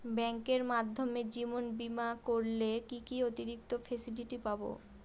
ব্যাংকের মাধ্যমে জীবন বীমা করলে কি কি অতিরিক্ত ফেসিলিটি পাব?